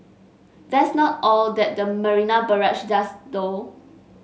that's not all that the Marina Barrage does though